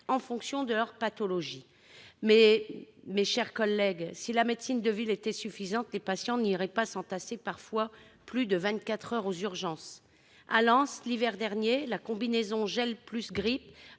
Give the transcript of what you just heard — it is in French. en fonction de leur pathologie. Mais si la médecine de ville était suffisante, les patients n'iraient pas s'entasser parfois plus de vingt-quatre heures aux urgences ! À Lens, l'hiver dernier, la combinaison gel plus grippe